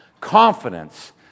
Confidence